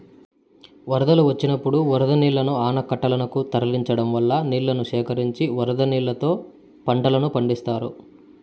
వరదలు వచ్చినప్పుడు వరద నీళ్ళను ఆనకట్టలనకు తరలించడం వల్ల నీళ్ళను సేకరించి వరద నీళ్ళతో పంటలను పండిత్తారు